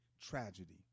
tragedy